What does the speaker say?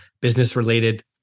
business-related